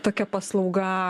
tokia paslauga